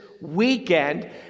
weekend